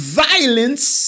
violence